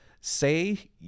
say